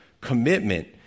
commitment